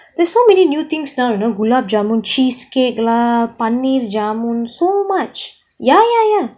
there's so many new things now you know gulab jamun cheesecake lah paneer jamun so much ya ya ya